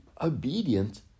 obedient